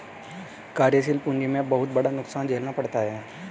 कार्यशील पूंजी में बहुत बड़ा नुकसान झेलना पड़ता है